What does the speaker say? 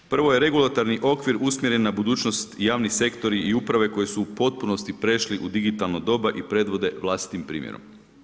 Prvo je regulatorni okvir usmjeren na budućnost, javni sektor i uprave koje su u potpunosti prešli u digitalno doba i predvode vlastitim primjerom.